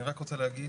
אני רק רוצה להגיד